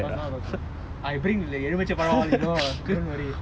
not because of that I bring எலுமிச்சபழம்:elumichapazham and all you know don't worry